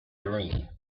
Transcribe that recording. dream